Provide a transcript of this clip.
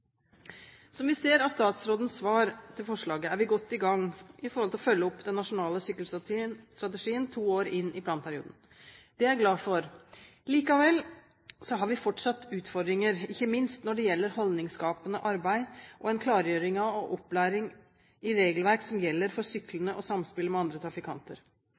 Som vi ser av statsrådens svar til forslaget, er vi godt i gang med å følge opp den nasjonale sykkelstrategien to år inn i planperioden. Det er jeg glad for. Likevel – vi har fortsatt utfordringer, ikke minst når det gjelder holdningsskapende arbeid og en klargjøring av og opplæring i regelverk som gjelder for syklende og samspillet med andre trafikanter.